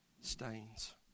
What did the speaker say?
stains